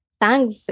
Thanks